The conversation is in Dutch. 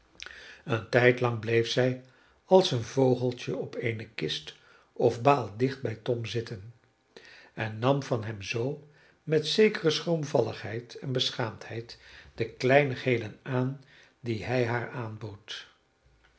een tijdlang bleef zij als een vogeltje op eene kist of baal dicht bij tom zitten en nam van hem zoo met zekere schroomvalligheid en beschaamdheid de kleinigheden aan die hij haar aanbood